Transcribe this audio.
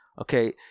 Okay